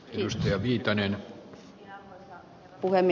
arvoisa herra puhemies